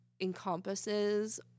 encompasses